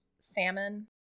salmon